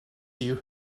you